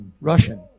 Russian